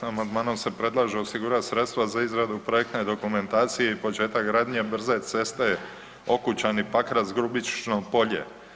Amandmanom se predlaže osigurati sredstva za izradu projektne dokumentacije i početak gradnje brze ceste Okučani – Pakrac – Grubišno Polje.